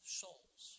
souls